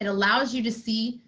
it allows you to see